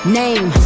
name